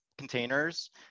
containers